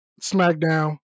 SmackDown